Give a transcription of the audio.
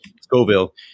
Scoville